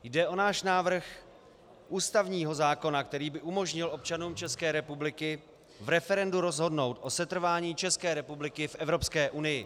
Jde o náš návrh ústavního zákona, který by umožnil občanům České republiky v referendu rozhodnout o setrvání České republiky v Evropské unii.